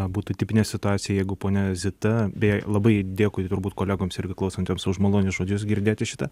būtų tipinė situacija jeigu ponia zita beje labai dėkui turbūt kolegoms irgi klausantiems už malonius žodžius girdėti šitą